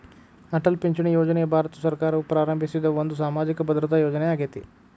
ಅಟಲ್ ಪಿಂಚಣಿ ಯೋಜನೆಯು ಭಾರತ ಸರ್ಕಾರವು ಪ್ರಾರಂಭಿಸಿದ ಒಂದು ಸಾಮಾಜಿಕ ಭದ್ರತಾ ಯೋಜನೆ ಆಗೇತಿ